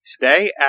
today